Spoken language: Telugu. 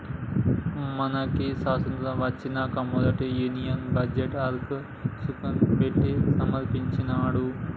మనకి స్వతంత్రం ఒచ్చినంక మొదటి యూనియన్ బడ్జెట్ ఆర్కే షణ్ముఖం చెట్టి సమర్పించినాడు